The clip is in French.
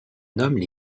nomment